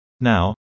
Now